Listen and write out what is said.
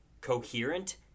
coherent